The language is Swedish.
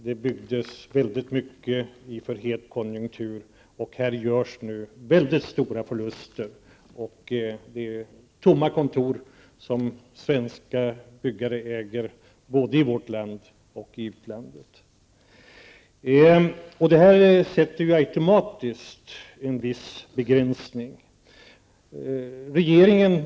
Det byggdes för mycket i en het konjunktur. Här görs stora förluster med tomma kontor -- ägda av svenska byggare -- både i vårt land och i utlandet. Denna situation sätter automatisk en viss begränsning.